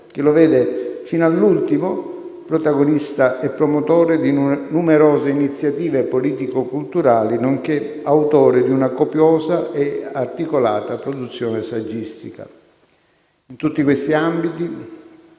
che lo vede fino all'ultimo protagonista e promotore di numerose iniziative politico‑culturali nonché autore di una copiosa e articolata produzione saggistica. In tutti questi ambiti,